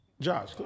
Josh